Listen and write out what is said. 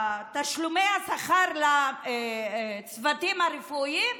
תשלומי השכר לצוותים הרפואיים,